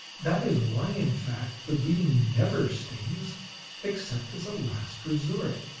that is why, in fact, the bee never stings except as a last resort,